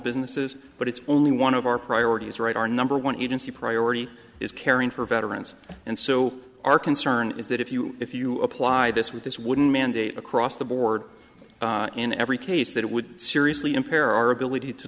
businesses but it's only one of our priorities right our number one agency priority is caring for veterans and so our concern is that if you if you apply this with this wooden mandate across the board in every case that it would seriously impair our ability to